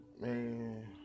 Man